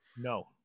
No